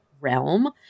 realm